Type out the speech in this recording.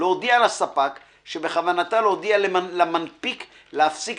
להודיע לספק שבכוונתה להודיע למנפיק להפסיק